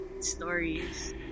stories